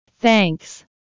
Thanks